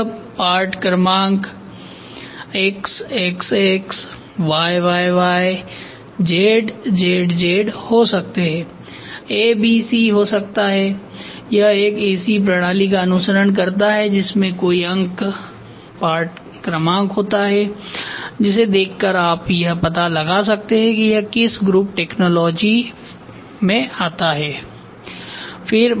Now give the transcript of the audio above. तो यह पार्ट क्रमांक x x x y y y z z z हो सकते है a b c हो सकता है यह एक ऐसी प्रणाली का अनुसरण करता है जिसमें कोई अंक पार्ट क्रमांक होता है जिसे देखकर आप यह पता लगा सकते हैं कि यह किस ग्रुप टेक्नोलॉजी फॅमिली में आता है